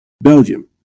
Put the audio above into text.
Belgium